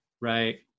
Right